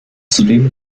zudem